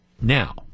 now